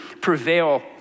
prevail